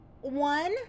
One